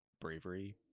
bravery